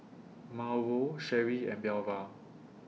Mauro Sherree and Belva